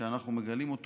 שאנחנו מגלים אותו.